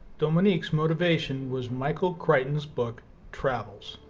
dominique's motivation was michael crichton's book travels.